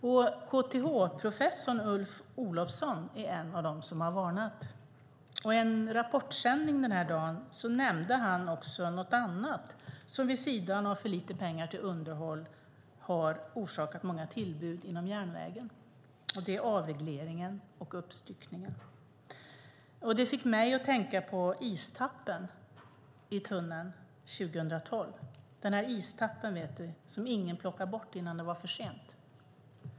KTH-professorn Ulf Olofsson är en av dem som har varnat. I en rapportsändning den där dagen nämnde han också något annat som vid sidan av för lite pengar till underhåll har orsakat många tillbud inom järnvägen, och det är avregleringen och uppstyckningen. Det fick mig att tänka på istappen i tunneln 2012 som ingen plockade bort innan det var för sent.